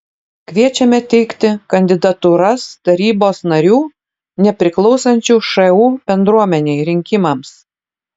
kviečiame teikti kandidatūras tarybos narių nepriklausančių šu bendruomenei rinkimams